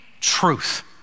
truth